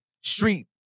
street